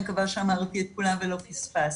אני מקווה שאמרתי את כולם ולא פספסתי.